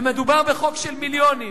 ומדובר בחוק של מיליונים.